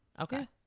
Okay